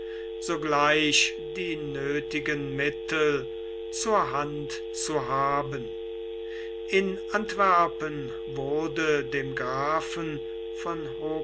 sogleich die nöthigen mittel zur hand zu haben in antwerpen wurde dem grafen von